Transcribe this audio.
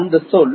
அந்த சொல்